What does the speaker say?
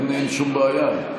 אין שום בעיה.